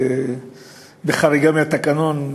בחריגה מהתקנון,